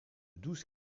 douze